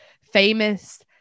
famous